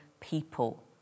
people